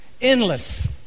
endless